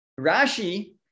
rashi